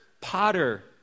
potter